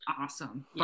Awesome